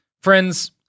Friends